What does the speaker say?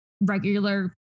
regular